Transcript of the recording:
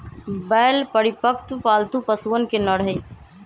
बैल परिपक्व, पालतू पशुअन के नर हई